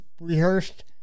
rehearsed